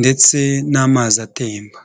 ndetse n'amazi atemba.